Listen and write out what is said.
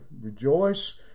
Rejoice